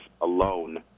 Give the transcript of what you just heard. alone